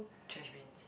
trash bins